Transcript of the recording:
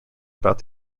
about